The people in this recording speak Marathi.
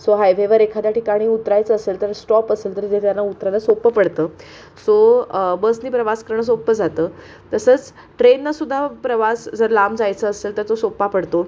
सो हायवेवर एखाद्या ठिकाणी उतरायचं असेल तर स्टॉप असेल तरी ते त्यांना उतरायला सोपं पडतं सो बसने प्रवास करणं सोपं जातं तसंच ट्रेननं सुद्धा प्रवास जर लांब जायचं असेल तर तो सोपा पडतो